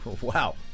Wow